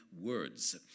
words